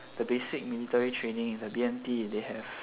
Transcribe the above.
the basic military training the B_M_T they have